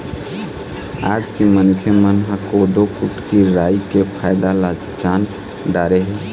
आज के मनखे मन ह कोदो, कुटकी, राई के फायदा ल जान डारे हे